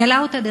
ניהלה אותה,